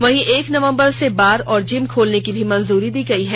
वहीं एक नवंबर से बार और जिम खोलने की भी मंजूरी दी गयी है